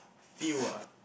feel ah